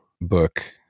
book